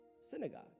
synagogue